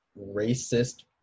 racist